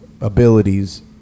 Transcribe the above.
abilities